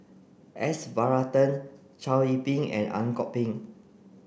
S Varathan Chow Yian Ping and Ang Kok Peng